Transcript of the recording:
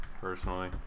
personally